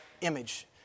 image